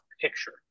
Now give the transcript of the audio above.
picture